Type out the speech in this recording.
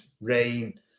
rain